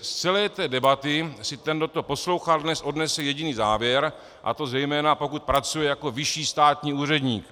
Z celé debaty si ten, kdo to poslouchal dnes, odnese jediný závěr, a to zejména, pokud pracuje jako vyšší státní úředník.